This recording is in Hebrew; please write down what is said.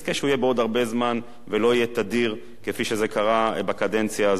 שהוא יהיה בעוד הרבה זמן ולא יהיה תדיר כפי שזה קרה בקדנציה הזו.